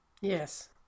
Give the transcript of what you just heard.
Yes